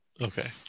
Okay